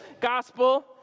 Gospel